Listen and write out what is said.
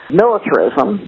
militarism